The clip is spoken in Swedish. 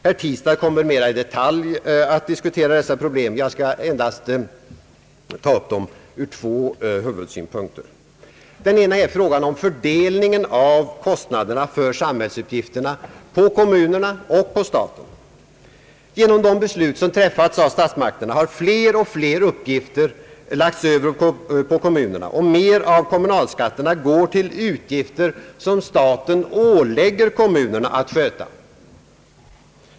Herr Tistad kommer att mera i detalj diskutera dessa problem. Jag skall endast ta upp dem ur två huvudsynpunkter. Den ena är frågan om fördelningen av kostnaderna för samhällsuppgifterna på kommunerna och staten. Genom de beslut som träffats av statsmakterna har fler och fler uppgifter lagts över på kommunerna, och mer av kommunalskatterna går till utgifter som staten ålägger kommunerna att sköta.